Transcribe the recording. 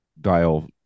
dial